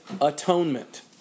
atonement